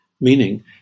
meaning